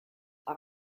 are